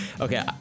Okay